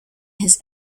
his